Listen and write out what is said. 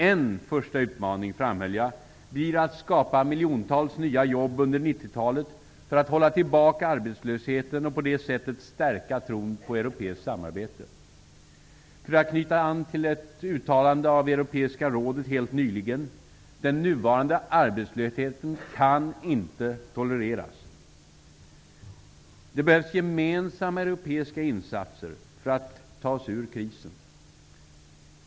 En första utmaning, framhöll jag, blir att skapa miljontals nya jobb under 90-talet för att hålla tillbaka arbetslösheten och på det sättet stärka tron på europeiskt samarbete. För att knyta an till ett uttalande av Europeiska rådet helt nyligen: den nuvarande arbetslösheten kan inte tolereras. Det behövs gemensamma europeiska insatser för att vi skall kunna ta oss ur krisen.